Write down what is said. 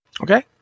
Okay